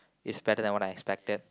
it's better than what I expected